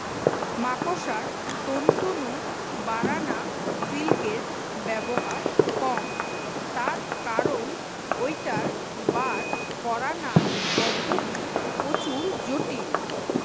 মাকড়সার তন্তু নু বারানা সিল্কের ব্যবহার কম তার কারণ ঐটার বার করানার পদ্ধতি প্রচুর জটিল